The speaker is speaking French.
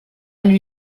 lui